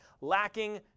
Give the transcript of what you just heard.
lacking